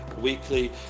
weekly